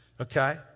okay